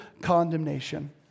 condemnation